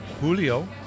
Julio